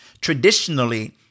traditionally